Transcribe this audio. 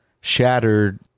shattered